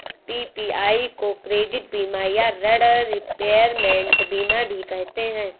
PPI को credit बीमा या ॠण रिपेयरमेंट बीमा भी कहते हैं